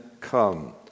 come